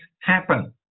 happen